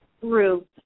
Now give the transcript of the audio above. group